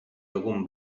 algun